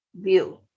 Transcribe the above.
view